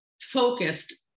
focused